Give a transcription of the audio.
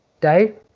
Dave